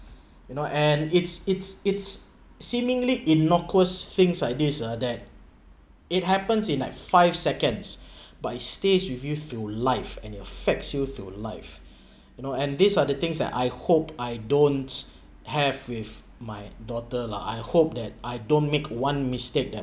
you know and it's it's it's seemingly innocuous things like this uh that it happens in like five seconds but stays with you through life and affects you through life you know and these are the things that I hope I don't have with my daughter lah I hope that I don't make one mistake that